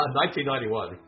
1991